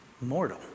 mortal